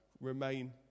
Remain